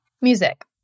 Music